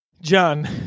john